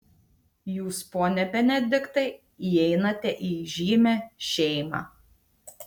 jūs pone benediktai įeinate į įžymią šeimą